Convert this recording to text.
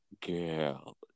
Girl